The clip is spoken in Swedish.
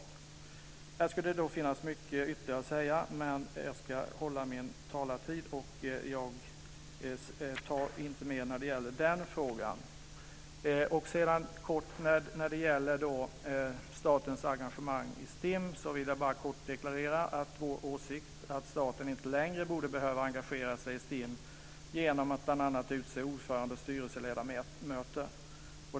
Här skulle det finnas mycket ytterligare att säga, men jag ska hålla min talartid och tar inte upp mer när det gäller den frågan. När det gäller statens engagemang i STIM vill jag bara kort deklarera att vår åsikt är att staten inte längre borde behöva engagera sig i STIM genom att bl.a. utse ordförande och styrelseledamöter.